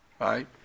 Right